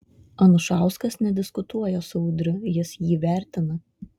anušauskas nediskutuoja su udriu jis jį vertina